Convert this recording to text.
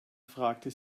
fragte